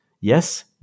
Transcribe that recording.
yes